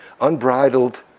unbridled